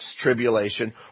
tribulation